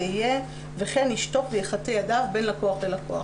וכן ישטוף ויחטא ידיו בין לקוח ללקוח".